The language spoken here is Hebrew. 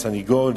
לסניגורים,